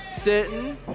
sitting